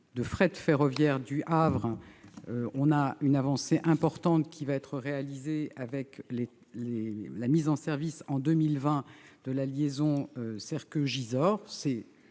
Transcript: desserte ferroviaire du port du Havre, une avancée importante va être réalisée avec la mise en service, en 2020, de la liaison Serqueux-Gisors.